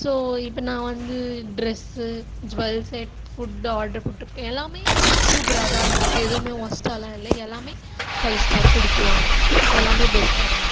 so இப்போ நான் வந்து ட்ரெஸ்ஸு ஜுவெல் செட் ஃபுட் ஆட்ரு போட்டிருக்கேன் எல்லாமே சூப்பராகதான் இருந்திருக்கு எதுவுமே ஒஸ்ட்டாவெல்லாம் இல்லை எல்லாமே ஃபைவ் ஸ்டார் கொடுக்கலாம் எல்லாமே பெஸ்ட்டாகதான் இருக்கும்